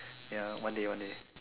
ya one day one day